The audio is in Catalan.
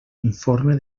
informe